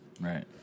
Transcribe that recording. Right